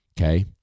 Okay